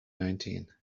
nineteen